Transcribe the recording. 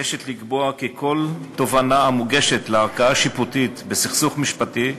מבקשת לקבוע כי כל תובענה המוגשת לערכאה שיפוטית בסכסוך משפחתי